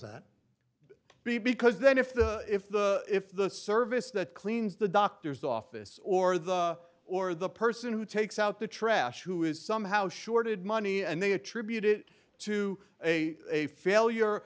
that b because then if the if the if the service that cleans the doctor's office or the or the person who takes out the trash who is somehow shorted money and they attribute it to a a failure